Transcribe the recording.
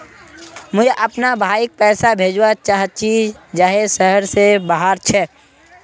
मुई अपना भाईक पैसा भेजवा चहची जहें शहर से बहार छे